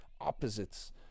opposites